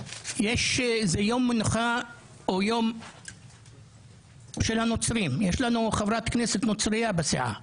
וזה יום המנוחה של הנוצרים יש לנו חברת כנסת נוצרייה בסיעה,